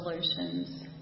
solutions